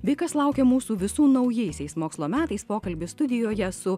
bei kas laukia mūsų visų naujaisiais mokslo metais pokalbis studijoje su